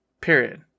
period